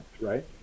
right